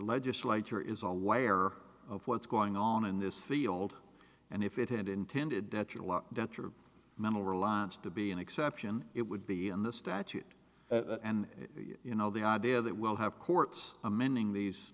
legislature is away or of what's going on in this field and if it had intended denture mental reliance to be an exception it would be in the statute and you know the idea that we'll have courts amending these